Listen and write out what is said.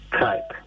type